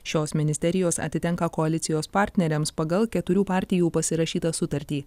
šios ministerijos atitenka koalicijos partneriams pagal keturių partijų pasirašytą sutartį